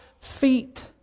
feet